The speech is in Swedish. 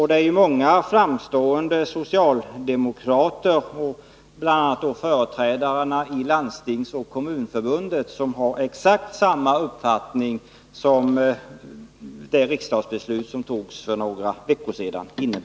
Det är många framstående socialdemokrater, och då bl.a. företrädarna för Landstingsförbundet och Kommunförbundet, som har exakt samma uppfattning som den som kom till uttryck i det riksdagsbeslut som togs i slutet av förra året.